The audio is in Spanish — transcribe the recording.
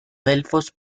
delfos